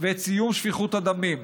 ואת סיום שפיכות הדמים,